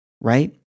right